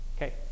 Okay